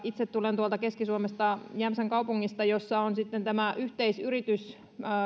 itse tulen tuolta keski suomesta jämsän kaupungista jossa on tämä yhteisyritys